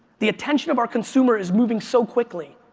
the attention of our consumer is moving so quickly.